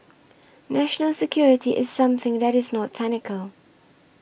national security is something that is not technical